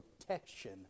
protection